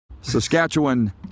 Saskatchewan